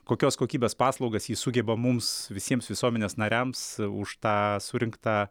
kokios kokybės paslaugas ji sugeba mums visiems visuomenės nariams už tą surinktą